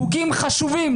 חוקים חשובים,